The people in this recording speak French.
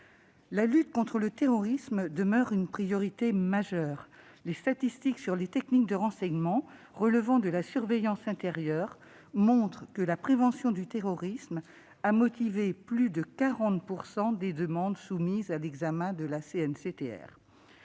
La lutte contre le terrorisme demeure une priorité majeure. Les statistiques sur les techniques de renseignement relevant de la surveillance intérieure montrent que la prévention du terrorisme a motivé plus de 40 % des demandes soumises à l'examen de la CNCTR.